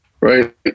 Right